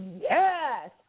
yes